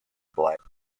black